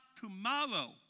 tomorrow